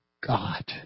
God